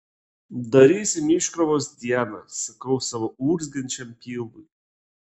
darysim iškrovos dieną sakau savo urzgiančiam pilvui